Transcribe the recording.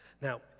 Now